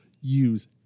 use